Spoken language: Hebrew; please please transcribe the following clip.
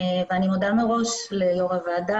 מודה מראש ליושבת ראש הוועדה,